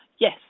Yes